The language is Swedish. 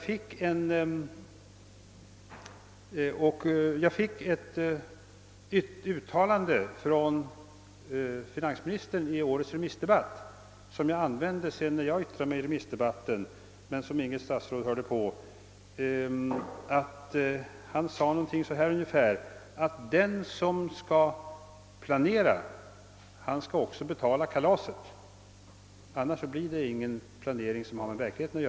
Finansministern fällde ett yttrande i årets remissdebatt, som jag då tog upp i mitt anförande, vilket inte åhördes av något statsråd. Finansministern sade att den som skall planera också skall betala kalaset — annars blir det ingen planering som har anknytning till verkligheten.